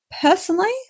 personally